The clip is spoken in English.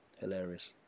hilarious